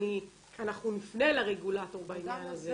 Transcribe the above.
ואנחנו נפנה לרגולטור בעניין הזה.